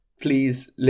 Please